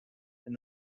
and